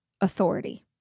authority